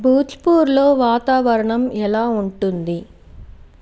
భోజ్పూర్లో వాతావరణం ఎలా ఉంటుంది